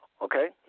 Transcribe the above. Okay